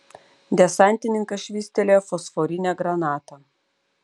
desantininkas švystelėjo fosforinę granatą